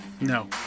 No